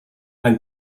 and